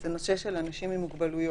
זה הנושא של אנשים עם מוגבלויות.